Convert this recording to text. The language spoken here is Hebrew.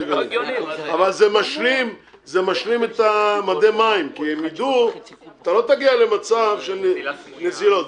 זה משלים את מדי המים, כי לא תגיע למצב של נזילות.